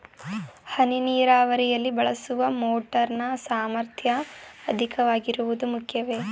ಹನಿ ನೀರಾವರಿಯಲ್ಲಿ ಬಳಸುವ ಮೋಟಾರ್ ನ ಸಾಮರ್ಥ್ಯ ಅಧಿಕವಾಗಿರುವುದು ಮುಖ್ಯವೇ?